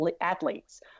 athletes